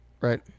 Right